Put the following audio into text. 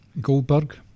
Goldberg